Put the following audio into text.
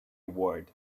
ward